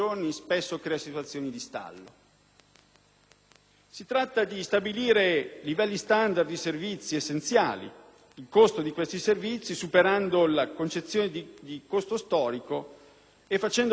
Si tratta di stabilire livelli standard dei servizi essenziali e il costo di questi servizi, superando la concezione di costo storico e facendo, quindi, un passo avanti fondamentale.